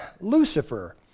Lucifer